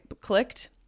clicked